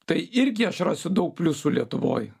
tai irgi aš rasiu daug pliusų lietuvoj